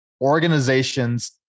organizations